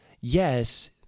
Yes